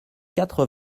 quatre